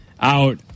out